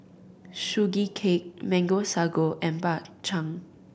Sugee Cake Mango Sago and Bak Chang